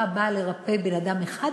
התרופה באה לרפא אדם אחד